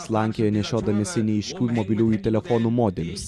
slankioja nešiodamiesi neaiškių mobiliųjų telefonų modelius